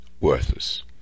Worthless